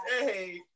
Hey